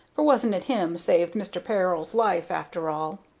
for wasn't it him saved mr. peril's life, after all?